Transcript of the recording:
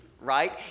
right